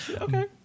Okay